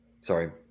Sorry